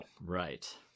Right